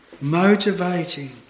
motivating